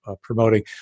promoting